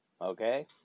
Okay